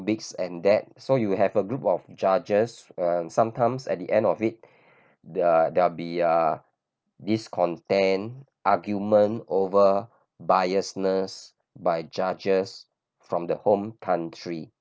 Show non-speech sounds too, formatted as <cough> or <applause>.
this and that so you have a group of judges uh sometimes at the end of it <breath> the~ there be uh discontent argument over biasness by judges from their home country